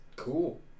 cool